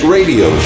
Radio